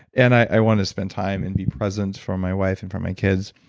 and i want to spend time and be present for my wife and for my kids.